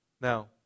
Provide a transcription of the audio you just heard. Now